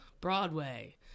broadway